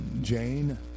Jane